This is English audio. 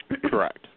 Correct